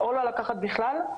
או לא לקחת בכלל,